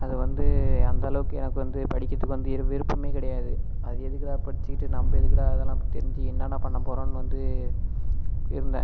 அதை வந்து அந்த அளவுக்கு எனக்கு வந்து படிக்கிறதுக்கு வந்து விருப்பமே கிடையாது அது எதுக்குடா படிச்சுக்கிட்டு நம்ப எதுக்குடா அதெல்லாம் தெரிஞ்சு என்னாடா பண்ணப்போகிறோம்னு வந்து இருந்தேன்